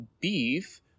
beef